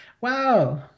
Wow